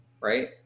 right